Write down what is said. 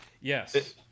Yes